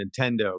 Nintendo